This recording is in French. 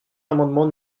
l’amendement